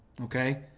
okay